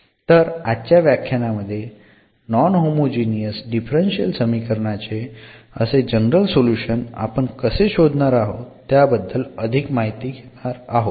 तर आजच्या व्याख्यानामध्ये नॉन होमोजिनियस डिफरन्शियल समीकरणाचे असे जनरल सोल्युशन आपण कसे शोधणार आहोत त्याबद्दल अधिक माहिती घेणार आहोत